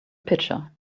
pitcher